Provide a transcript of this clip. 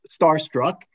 starstruck